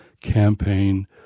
campaign